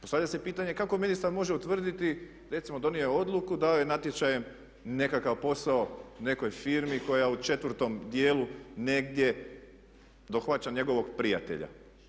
Postavlja se pitanje kako ministar može utvrditi recimo donio je odluku dao je natječajem nekakav posao nekoj firmi koja u četvrtom dijelu negdje dohvaća njegovog prijatelja.